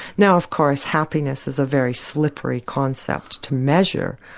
now of course, happiness is a very slippery concept to measure,